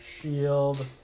shield